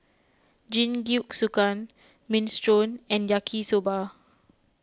Jingisukan Minestrone and Yaki Soba